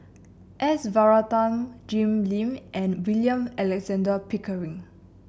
S Varathan Jim Lim and William Alexander Pickering